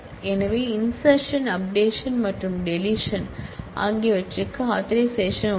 எனவே insertion updation மற்றும் deletion ஆகியவற்றுக்கு ஆதரைசேஷன் உள்ளன